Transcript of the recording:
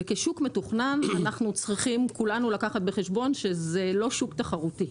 וכשוק מתוכנן אנחנו צריכים כולנו לקחת בחשבון שזה לא שוק תחרותי.